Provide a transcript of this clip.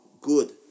good